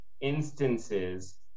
instances